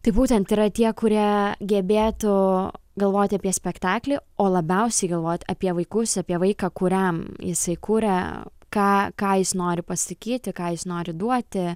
tai būtent yra tie kurie gebėtų galvoti apie spektaklį o labiausiai galvot apie vaikus apie vaiką kuriam jisai kuria ką ką jis nori pasakyti ką jis nori duoti